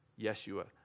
Yeshua